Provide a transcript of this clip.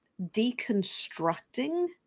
deconstructing